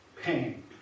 pain